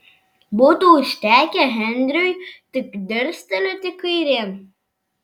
būtų užtekę henriui tik dirstelėti kairėn